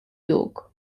york